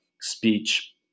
speech